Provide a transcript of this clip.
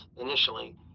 initially